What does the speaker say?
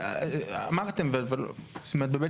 למה לא פרסמתם את הקול הקורא?